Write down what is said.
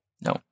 No